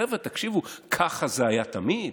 חבר'ה, תקשיבו, ככה זה היה תמיד.